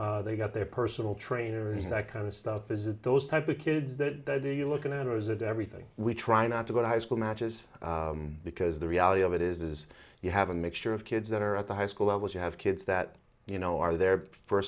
they got their personal trainer and that kind of stuff is it those type of kids that are you looking at or is it everything we try not to go to high school matches because the reality of it is is you have a mixture of kids that are at the high school level you have kids that you know are there for a